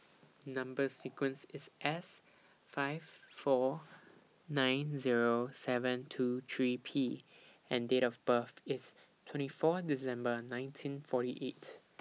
Number sequence IS S five four nine Zero seven two three P and Date of birth IS twenty four December nineteen forty eight